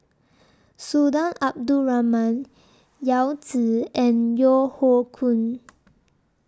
Sultan Abdul Rahman Yao Zi and Yeo Hoe Koon